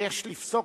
ויש לפסוק